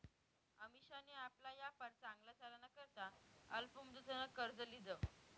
अमिशानी आपला यापार चांगला चालाना करता अल्प मुदतनं कर्ज ल्हिदं